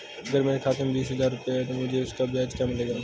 अगर मेरे खाते में बीस हज़ार रुपये हैं तो मुझे उसका ब्याज क्या मिलेगा?